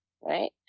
right